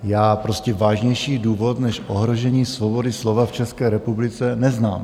Já prostě vážnější důvod než ohrožení slova v České republice neznám.